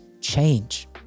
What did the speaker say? change